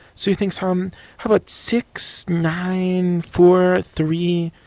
so he thinks how um how about six, nine, four, three,